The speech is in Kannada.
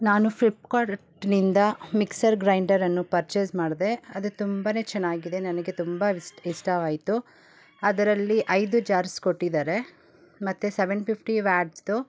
ನಾನು ಫ್ಲಿಪ್ಕಾರ್ಟ್ನಿಂದ ಮಿಕ್ಸರ್ ಗ್ರೈಂಡರನ್ನು ಪರ್ಚೇಸ್ ಮಾಡಿದೆ ಅದು ತುಂಬ ಚೆನ್ನಾಗಿದೆ ನನಗೆ ತುಂಬ ಇಷ್ಟವಾಯಿತು ಅದರಲ್ಲಿ ಐದು ಜಾರ್ಸ್ ಕೊಟ್ಟಿದಾರೆ ಮತ್ತು ಸವೆನ್ ಫಿಫ್ಟಿ ವ್ಯಾಟ್ಸ್ದು